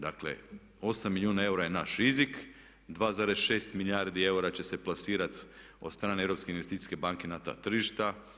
Dakle 8 milijuna eura je naš … [[Ne razumije se.]] 2,6 milijardi eura će se plasirati od strane Europske investicijske banke na ta tržišta.